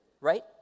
right